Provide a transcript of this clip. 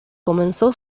comenzó